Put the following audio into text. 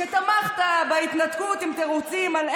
תפסיקי כבר עם ההתנהגות הזו שלך.